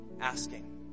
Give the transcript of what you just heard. asking